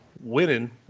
winning